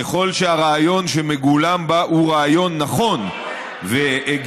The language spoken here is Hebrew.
ככל שהרעיון שמגולם בה הוא רעיון נכון והגיוני,